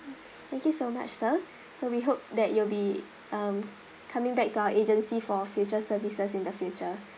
thank you so much sir so we hope that you'll be um coming back to our agency for future services in the future